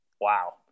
wow